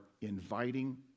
inviting